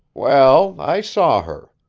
well, i saw her.